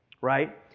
right